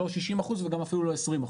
לא 60% וגם אפילו לא 20%,